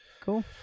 cool